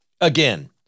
Again